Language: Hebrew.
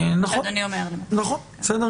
נכון.